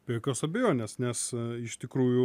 be jokios abejonės nes iš tikrųjų